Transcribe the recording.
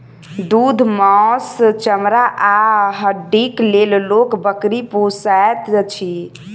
दूध, मौस, चमड़ा आ हड्डीक लेल लोक बकरी पोसैत अछि